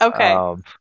Okay